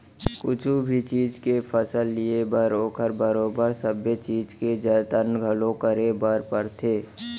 कुछु भी चीज के फसल लिये बर ओकर बरोबर सबे चीज के जतन घलौ करे बर परथे